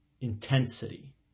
intensity